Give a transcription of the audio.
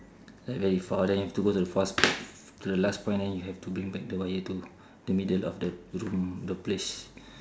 like very far then you have to go to the fares~ to the last point then you have to bring back the wire to the middle of the room the place